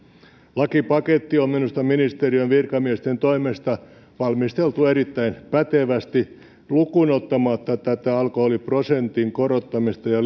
lakipaketti on minusta ministeriön virkamiesten toimesta valmisteltu erittäin pätevästi lukuun ottamatta alkoholiprosentin korottamista ja